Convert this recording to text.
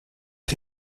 chi